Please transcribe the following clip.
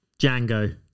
Django